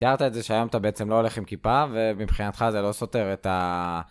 תיארת את זה שהיום אתה בעצם לא הולך עם כיפה, ומבחינתך זה לא סותר את ה...